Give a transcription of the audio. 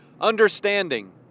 understanding